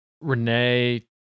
Renee